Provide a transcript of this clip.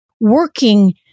working